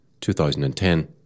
2010